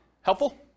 Helpful